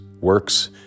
works